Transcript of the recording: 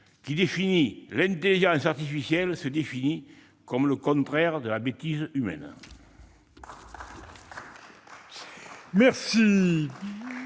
lequel « l'intelligence artificielle se définit comme le contraire de la bêtise humaine »...